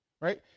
Right